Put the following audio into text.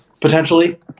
potentially